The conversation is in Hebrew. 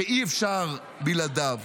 שאי-אפשר בלעדיו,